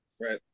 Right